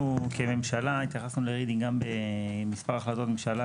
אנחנו כממשלה התייחסנו לרידינג גם במספר החלטות ממשלה,